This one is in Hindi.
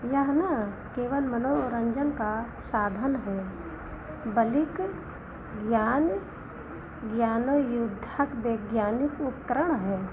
यह न केवल मनोरन्जन का साधन है बल्कि ज्ञान ज्ञानो युद्धक वैज्ञानिक उपकरण है